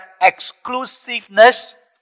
exclusiveness